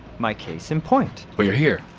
my case in point we're here!